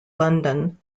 london